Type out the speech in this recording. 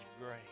great